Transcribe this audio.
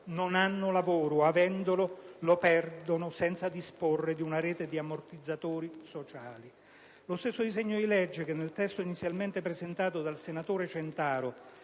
non hanno lavoro o, avendolo, lo perdono senza disporre di una rete di ammortizzatori sociali. Lo stesso disegno di legge in esame, che nel testo inizialmente presentato dal senatore Centaro